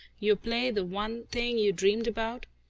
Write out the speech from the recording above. your play, the one thing you dreamed about,